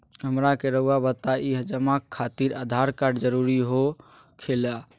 हमरा के रहुआ बताएं जमा खातिर आधार कार्ड जरूरी हो खेला?